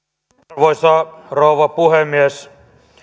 arvoisa rouva puhemies